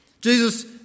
Jesus